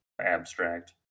abstract